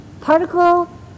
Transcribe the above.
particle